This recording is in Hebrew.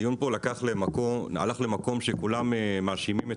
הדיון פה הלך למקום שכולם מאשימים את